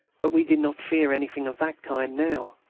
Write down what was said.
but we did not fear anything of that kind now.